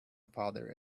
father